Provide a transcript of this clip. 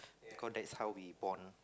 cause that's how we bond